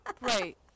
right